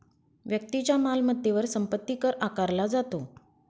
व्यक्तीच्या मालमत्तेवर संपत्ती कर आकारला जातो